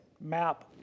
map